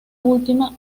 última